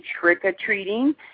trick-or-treating